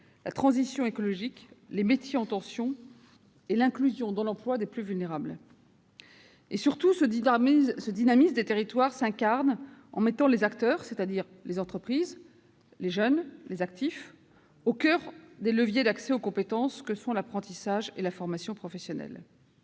la transition écologique, les métiers en tension et l'inclusion dans l'emploi des plus vulnérables. Surtout, ce dynamisme des territoires s'incarne en mettant les acteurs- les entreprises, les jeunes, les actifs -au coeur des leviers d'accès aux compétences que sont l'apprentissage et la formation professionnelle.